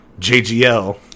JGL